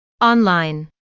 Online